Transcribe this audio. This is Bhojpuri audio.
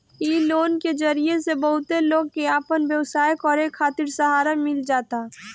इ लोन के जरिया से बहुते लोग के आपन व्यवसाय करे खातिर सहारा मिल जाता